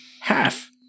Half